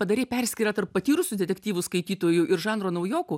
padarei perskyrą tarp patyrusių detektyvų skaitytojų ir žanro naujokų